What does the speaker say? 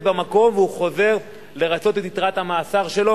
במקום והוא חוזר לרצות את יתרת המאסר שלו.